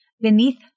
beneath